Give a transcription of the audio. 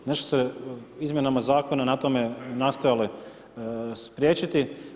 Nešto se izmjenama Zakona na tome nastojali spriječiti.